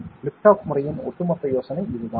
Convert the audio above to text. lift off முறையின் ஒட்டுமொத்த யோசனை இதுதான்